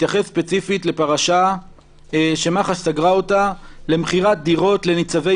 התייחס ספציפית לפרשה שמח"ש סגרה אותה למכירת דירות לנציבי